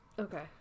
Okay